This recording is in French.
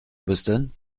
boston